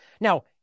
Now